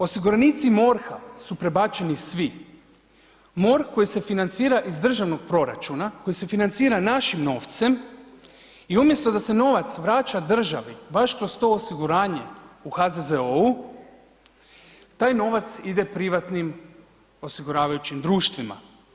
Osiguranici MORH-a su prebačeni svi, MORH koji se financira iz državnog proračuna, koji se financira našim novcem i umjesto da se novac vraća državi baš kroz to osiguranje u HZZO-u, taj novac ide privatnim osiguravajućih društvima.